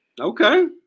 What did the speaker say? okay